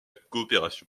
coopération